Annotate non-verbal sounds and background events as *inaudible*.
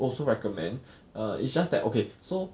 also recommend *breath* it's just that okay so